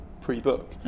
pre-book